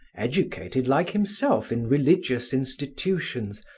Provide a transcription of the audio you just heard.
educated like himself in religious institutions,